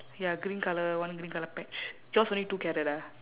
ya green colour one green colour patch yours only two carrot ah